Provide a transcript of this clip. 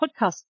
podcast